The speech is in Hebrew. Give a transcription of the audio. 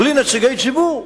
בלי נציגי ציבור.